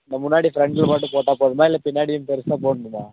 இந்த முன்னாடி ஃபரென்டில் மட்டும் போட்டால் போதுமா இல்லை பின்னாடியும் பெருசாக போடனுமா